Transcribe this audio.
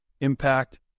impact